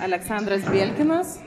aleksandras belkinas